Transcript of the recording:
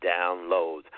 downloads